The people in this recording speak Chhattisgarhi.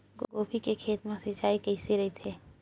गोभी के खेत मा सिंचाई कइसे रहिथे?